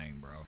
bro